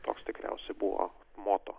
toks tikriausiai buvo moto